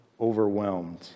overwhelmed